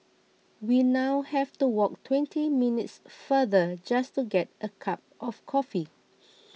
we now have to walk twenty minutes farther just to get a cup of coffee